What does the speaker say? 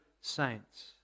saints